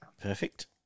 Perfect